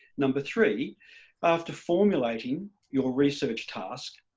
number three after formulating your research task,